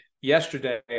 yesterday